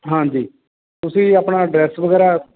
ਹਾਂਜੀ ਤੁਸੀਂ ਆਪਣਾ ਐਡਰੈਸ ਵਗੈਰਾ